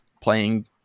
playing